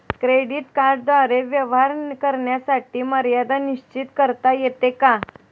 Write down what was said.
Credit कार्डद्वारे व्यवहार करण्याची मर्यादा निश्चित करता येते का?